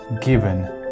given